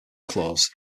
clause